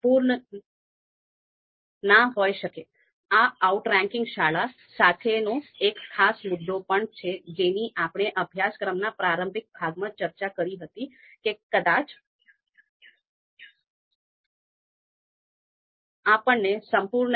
સંક્ષિપ્તમાં ઓર્ડિનલ ધોરણનો અર્થ એ છે કે જ્યાં આપણે ફક્ત ક્રમમાં જોઈ રહ્યા છીએ અને બે ચોક્કસ તત્વો વચ્ચેનો તફાવત તે ધોરણમાં અર્થપૂર્ણ નથી